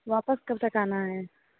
वापस कब तक आना है